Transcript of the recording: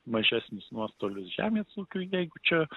mažesnius nuostolius žemės ūkiui jeigu čia